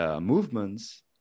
Movements